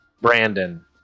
Brandon